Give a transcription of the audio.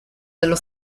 dello